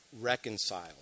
reconciled